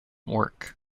work